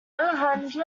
alejandro